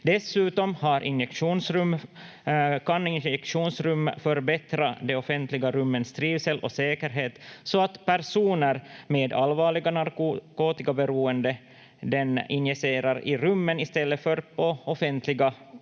Dessutom kan injektionsrum förbättra de offentliga rummens trivsel och säkerhet så att personer med allvarligt narkotikaberoende injicerar i rummen i stället för på offentliga